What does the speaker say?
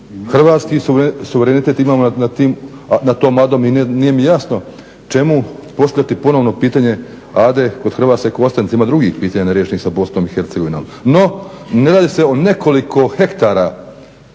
hrvatski suverenitet imamo nad tom Adom i nije mi jasno čemu postavljati ponovno pitanje Ade kod Hrvatske Kostajnice, ima drugih pitanja neriješenih sa Bosnom i Hercegovinom. No, ne radi se o nekoliko hektara